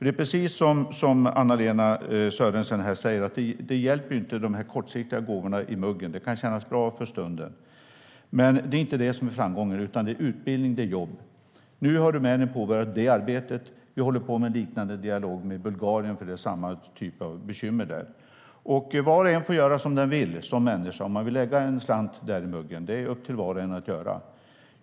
Det är precis som Anna-Lena Sörenson här säger. De kortsiktiga gåvorna i muggen hjälper inte. Det kan kännas bra för stunden. Men det är inte det som är framgången, utan det är utbildning och jobb. Nu har Rumänien påbörjat det arbetet. Vi håller på med en liknande dialog med Bulgarien, för det är samma typ av bekymmer där. Var och en får göra som den vill som människa. Det är upp till var och en om man vill lägga en slant där i muggen.